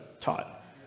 taught